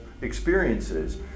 experiences